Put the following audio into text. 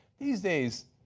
these days,